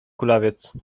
kulawiec